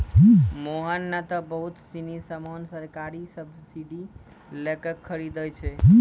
मोहन नं त बहुत सीनी सामान सरकारी सब्सीडी लै क खरीदनॉ छै